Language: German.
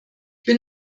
bin